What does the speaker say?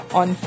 on